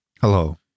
Hello